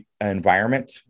environment